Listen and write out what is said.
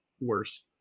worse